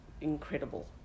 incredible